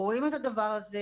אנחנו רואים את הדבר הזה.